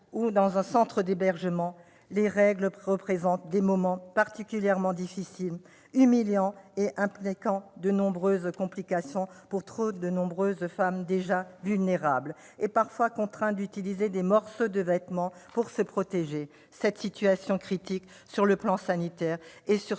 ou en centre d'hébergement, les règles représentent des moments particulièrement difficiles, humiliants, et impliquent de nombreuses complications pour de trop nombreuses femmes déjà vulnérables, parfois contraintes d'utiliser des morceaux de vêtements pour se protéger. Cette situation critique sur le plan sanitaire et sur